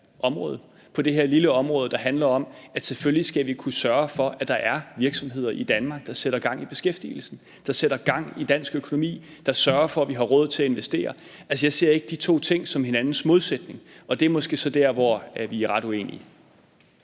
på det her lille område, der handler om, at vi selvfølgelig skal kunne sørge for, at der er virksomheder i Danmark, der sætter gang i beskæftigelsen, der sætter gang i dansk økonomi, og som sørger for, at vi har råd til at investere. Altså, jeg ser ikke de to ting som hinandens modsætninger, og det er måske så der, hvor vi er ret uenige.